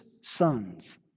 sons